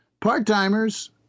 part-timers